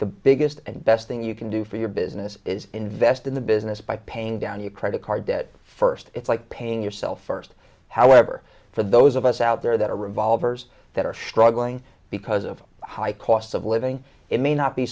the biggest and best thing you can do for your business is invest in the business by paying down your credit card debt first it's like paying yourself first however for those of us out there that are revolvers that are struggling because of the high cost of living it may not be